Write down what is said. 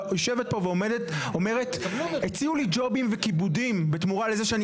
היא יושבת פה ואומרת: הציעו לי ג'ובים וכיבודים בתמורה לזה שאני